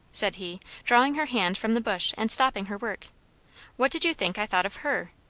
said he, drawing her hand from the bush and stopping her work what did you think i thought of her?